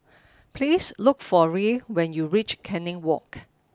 please look for Irl when you reach Canning Walk